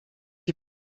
die